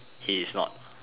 he is not